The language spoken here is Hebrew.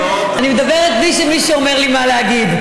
אני מדברת בלי שמישהו אומר לי מה להגיד.